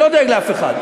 אני לא דואג לאף אחד.